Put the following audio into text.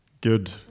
good